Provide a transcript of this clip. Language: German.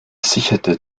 sicherte